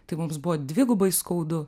tai mums buvo dvigubai skaudu